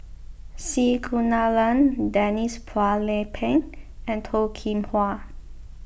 C Kunalan Denise Phua Lay Peng and Toh Kim Hwa